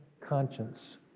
conscience